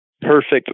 perfect